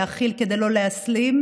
להכיל כדי לא להסלים,